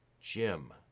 Jim